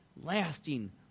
lasting